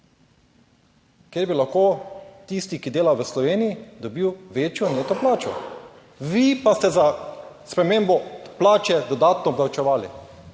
Kjer bi lahko tisti, ki dela v Sloveniji, dobil večjo neto plačo. Vi pa ste za spremembo plače dodatno obdavčevali